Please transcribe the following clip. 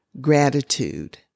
gratitude